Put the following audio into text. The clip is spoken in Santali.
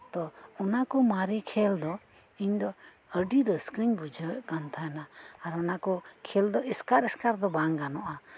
ᱛᱚ ᱚᱱᱟᱠᱚ ᱢᱟᱨᱮᱹ ᱠᱷᱮᱹᱞ ᱫᱚ ᱤᱧ ᱫᱚ ᱟᱹᱰᱤ ᱨᱟᱹᱥᱠᱟᱹᱧ ᱵᱩᱡᱷᱟᱹᱣᱮᱫ ᱠᱟᱱ ᱛᱟᱸᱦᱮᱱᱟ ᱟᱨ ᱚᱱᱟᱠᱚ ᱠᱷᱮᱹᱞ ᱫᱚ ᱮᱥᱠᱟᱨᱼᱮᱥᱠᱟᱨ ᱫᱚ ᱵᱟᱝ ᱜᱟᱱᱚᱜᱼᱟ